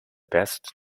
best